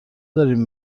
دارین